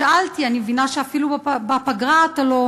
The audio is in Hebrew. אמרתי: אני מבינה שאפילו בפגרה אתה לא